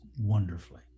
wonderfully